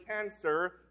cancer